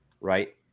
right